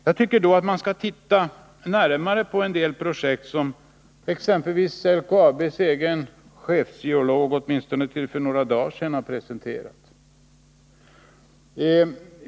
Jag tycker att man då skall se närmare på en del projekt som exempelvis LKAB:s egen chefgeolog — det var han åtminstone till för några dagar sedan — har presenterat.